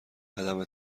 عدم